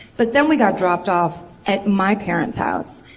but then we got dropped off at my parents' house.